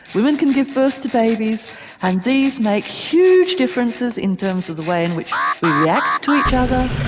women can give birth to babies and these make huge differences in terms of the way in which we react to each other,